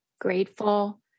grateful